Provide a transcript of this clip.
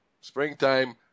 springtime